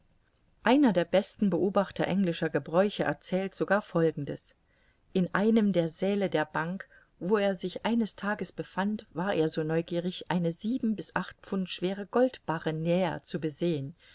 einer der besten beobachter englischer gebräuche erzählt sogar folgendes in einem der säle der bank wo er sich eines tages befand war er so neugierig eine sieben bis acht pfund schwere goldbarre näher zu besehen